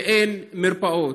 ואין מרפאות.